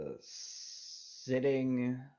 sitting